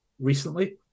recently